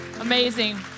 Amazing